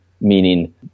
meaning